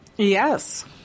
Yes